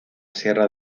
sierra